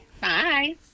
Bye